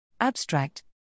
Abstract